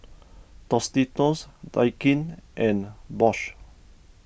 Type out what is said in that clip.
Tostitos Daikin and Bose